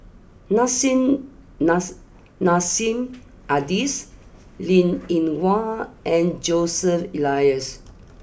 Nissim Nass Nassim Adis Linn in Hua and Joseph Elias